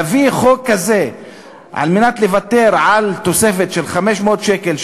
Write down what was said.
להביא חוק כזה כדי לוותר על תוספת של 500 שקל,